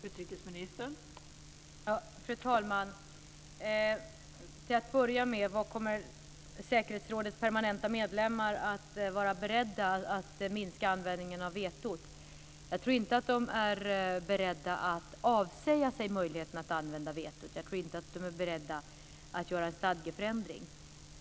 Fru talman! Kommer säkerhetsrådets permanenta medlemmar att vara beredda att minska användningen av vetot? Jag tror inte att de är beredda att avsäga sig möjligheten att använda vetot. Jag tror inte att de är beredda att göra en stadgeförändring.